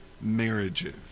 marriages